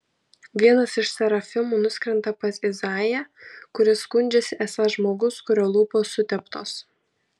vienas iš serafimų nuskrenda pas izaiją kuris skundžiasi esąs žmogus kurio lūpos suteptos